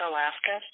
Alaska